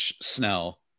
Snell